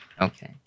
Okay